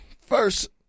First